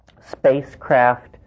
spacecraft